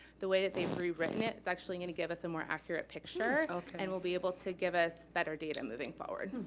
the way that they've rewritten it is actually gonna give us a more accurate picture and will be able to give us better data moving forward.